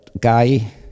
guy